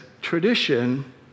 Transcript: tradition